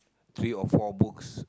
three or four books